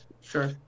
Sure